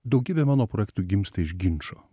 daugybė mano projektų gimsta iš ginčo